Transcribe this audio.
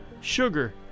sugar